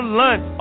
lunch